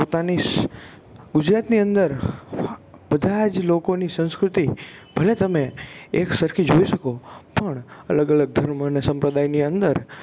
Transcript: પોતાની ગુજરાતની અંદર બધાં જ લોકોની સંસ્કૃતિ ભલે તમે એકસરખી જોઈ શકો પણ અલગ અલગ ધર્મ અને સંપ્રદાયની અંદર